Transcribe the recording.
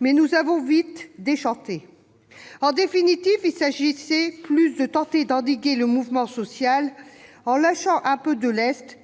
Mais nous avons vite déchanté. En définitive, il s'agissait davantage de tenter d'endiguer le mouvement social, en lâchant un peu de lest,